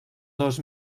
dos